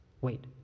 Wait